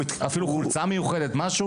האם הוא לובש חולצה מיוחדת על פי חוק?